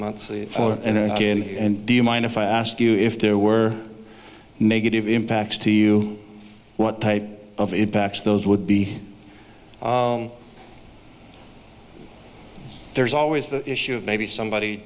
months and do you mind if i ask you if there were negative impacts to you what type of impacts those would be there's always the issue of maybe somebody